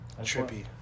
Trippy